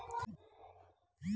ಜೋಳವು ಯಾವ ಪ್ರಭೇದಕ್ಕ ಸೇರ್ತದ ರೇ?